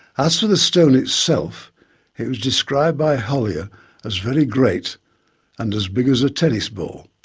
as for the stone itself it was described by hollier as very great and as big as a tennis ball.